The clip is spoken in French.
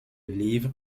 livres